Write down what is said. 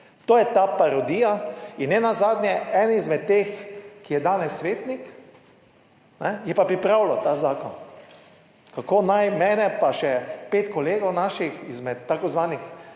to je ta parodija. In nenazadnje, eden izmed teh, ki je danes svetnik, je pa pripravljal ta zakon, kako naj mene pa še pet kolegov naših izmed tako zvanih